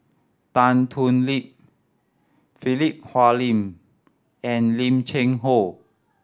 Tan Thoon Lip Philip Hoalim and Lim Cheng Hoe